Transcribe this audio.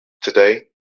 today